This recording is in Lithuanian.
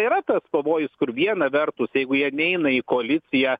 yra toks pavojus kur viena vertus jeigu jie neina į koaliciją